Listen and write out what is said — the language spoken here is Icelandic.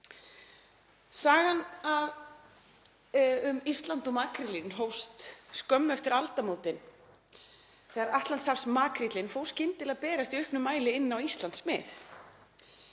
Sagan um Ísland og makrílinn hófst skömmu eftir aldamótin þegar atlantshafsmakríllinn fór skyndilega að berast í auknum mæli inn á Íslandsmið.